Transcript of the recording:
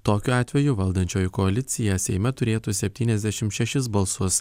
tokiu atveju valdančioji koalicija seime turėtų septyniasdešimt šešis balsus